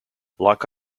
like